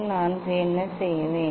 நான் என்ன செய்வேன்